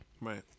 Right